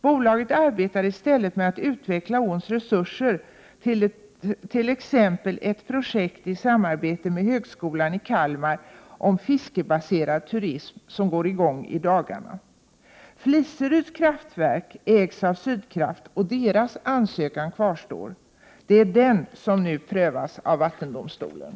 Bolaget arbetar i stället med att utveckla åns resurser, t.ex. ett projekt i samarbete med högskolan i Kalmar om fiskebaserad turism. Det går i gång i dagarna. Fliseryds kraftverk ägs av Sydkraft och dess ansökan kvarstår. Det är den som nu prövas av vattendomstolen.